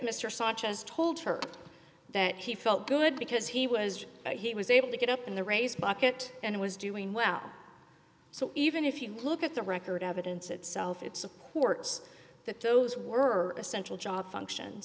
sanchez told her that he felt good because he was that he was able to get up in the race bucket and it was doing well so even if you look at the record evidence itself it supports that those were essential job function